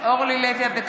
(קוראת בשמות חברי הכנסת) אורלי לוי אבקסיס,